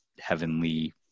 heavenly